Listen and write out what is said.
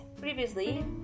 previously